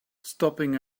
stopping